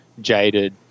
jaded